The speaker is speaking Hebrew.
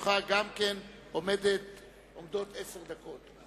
לרשותך עומדות עשר דקות.